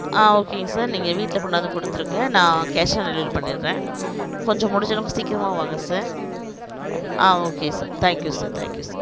ஆ ஓகேங்க சார் நீங்கள் வீட்டில் கொண்டாந்து கொடுத்துருங்க நான் கேஷ் ஆன் டெலிவரி பண்ணிடுறேன் கொஞ்சம் முடிஞ்சளவு சீக்கிரமாக வாங்க சார் ஆ okay sir thank you sir thank you sir